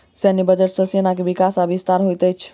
सैन्य बजट सॅ सेना के विकास आ विस्तार होइत अछि